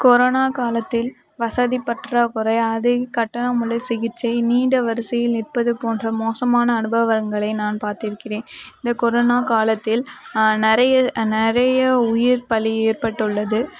corona காலத்தில் வசதி பற்றாக்குறை அதிக கட்டணமுறை சிகிச்சை நீண்ட வரிசையில் நிற்பது போன்ற மோசமான அனுபவங்களை நான் பார்த்திருக்கிறேன் இந்த கொரோனா காலத்தில் நிறைய நிறைய உயிர்பலி ஏற்பட்டுள்ளது